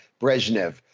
Brezhnev